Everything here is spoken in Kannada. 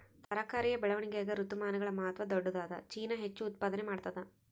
ತರಕಾರಿಯ ಬೆಳವಣಿಗಾಗ ಋತುಮಾನಗಳ ಮಹತ್ವ ದೊಡ್ಡದಾದ ಚೀನಾ ಹೆಚ್ಚು ಉತ್ಪಾದನಾ ಮಾಡ್ತದ